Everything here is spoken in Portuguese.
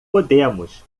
podemos